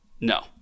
No